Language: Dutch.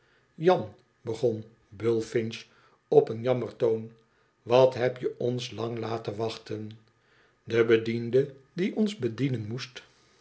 jan begon bullfinch op een jammertoon wat heb je ons lang laten wachten de bediende die ons bedienen moest